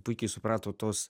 puikiai suprato tos